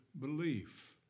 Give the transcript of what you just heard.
belief